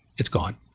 it's gone.